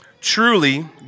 truly